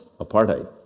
apartheid